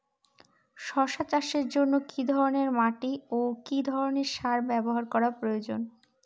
শশা চাষের জন্য কি ধরণের মাটি ও কি ধরণের সার ব্যাবহার করা প্রয়োজন?